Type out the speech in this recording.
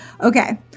Okay